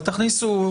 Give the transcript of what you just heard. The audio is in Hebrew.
אבל תכניסו.